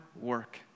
work